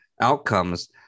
outcomes